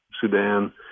Sudan